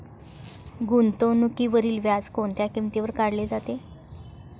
गुंतवणुकीवरील व्याज कोणत्या किमतीवर काढले जाते?